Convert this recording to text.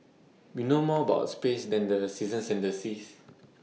we know more about space than the seasons and the seas